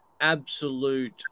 absolute